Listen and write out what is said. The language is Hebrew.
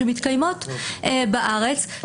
שמתקיימות בארץ,